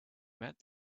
met